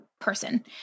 person